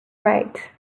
right